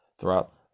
throughout